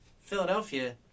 Philadelphia